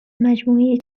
مجموعهی